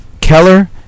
Keller